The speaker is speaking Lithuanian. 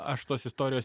aš tos istorijos